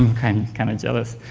um kind of kind of jealous,